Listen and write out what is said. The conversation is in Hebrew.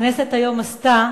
הכנסת עשתה